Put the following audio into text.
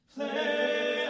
Play